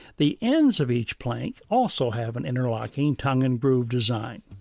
the ends of each plank also have an interlocking tongue and groove design.